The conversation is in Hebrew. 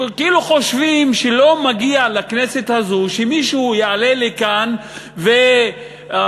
כאילו חושבים שלא מגיע לכנסת הזאת שמישהו יעלה לכאן ויתפלמס,